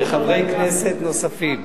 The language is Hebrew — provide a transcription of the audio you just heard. וחברי כנסת נוספים.